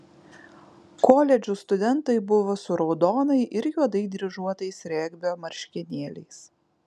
koledžų studentai buvo su raudonai ir juodai dryžuotais regbio marškinėliais